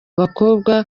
bakobwa